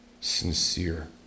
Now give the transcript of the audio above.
sincere